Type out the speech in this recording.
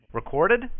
Recorded